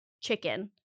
chicken